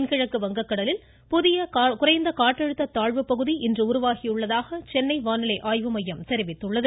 தென்கிழக்கு வங்கக்கடலில் புதிய குறைந்த காற்றழுத்த தாழ்வு பகுதி இன்று உருவாகியுள்ளதாக சென்னை வானிலை ஆய்வு மையம் தெரிவித்துள்ளது